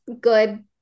good